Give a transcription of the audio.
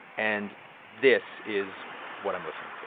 and this is what i'm listening